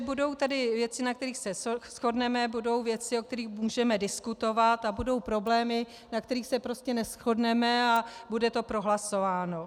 Budou tady věci, na kterých se shodneme, budou věci, o kterých můžeme diskutovat, a budou problémy, na kterých se prostě neshodneme a bude to prohlasováno.